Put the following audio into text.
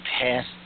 past